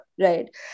right